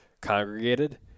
congregated